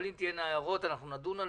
אבל אם תהיינה הערות, אנחנו נדון עליהן.